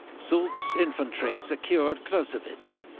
soult's infantry secured closewitz,